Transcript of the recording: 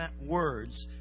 words